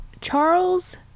Charles